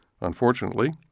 Unfortunately